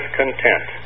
content